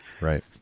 Right